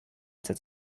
that